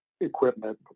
equipment